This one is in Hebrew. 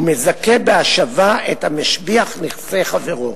הוא מזכה בהשבה את המשביח נכסי חברו,